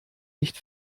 nicht